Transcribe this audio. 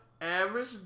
average